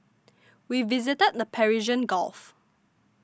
we visited the Persian Gulf